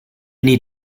need